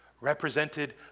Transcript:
represented